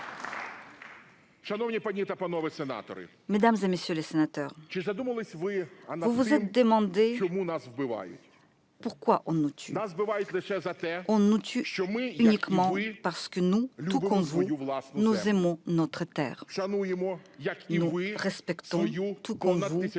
Mesdames, messieurs les sénateurs, vous êtes-vous demandé pourquoi on nous tue ? On nous tue uniquement parce que, tout comme vous, nous aimons notre terre ; parce que, tout comme vous,